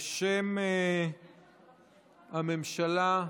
בשם הממשלה,